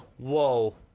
Whoa